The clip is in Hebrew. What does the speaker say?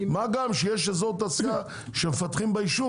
מה גם שיש אזור תעשייה שמפתחים ביישוב